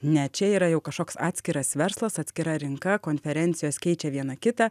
ne čia yra jau kažkoks atskiras verslas atskira rinka konferencijos keičia vieną kitą